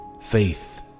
faith